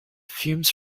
fumes